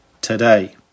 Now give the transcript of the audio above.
today